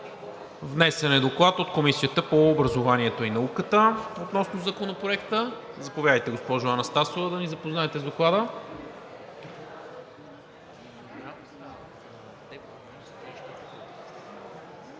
Внесен е Доклад от Комисията по образованието и науката относно Законопроекта. Заповядайте, госпожо Анастасова, да ни запознаете с Доклада.